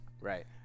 right